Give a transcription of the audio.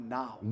now